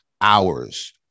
hours